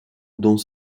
dont